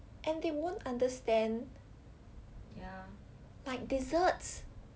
and they won't understand like desserts